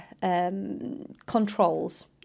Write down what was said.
controls